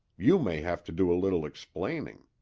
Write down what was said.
you may have to do a little explaining.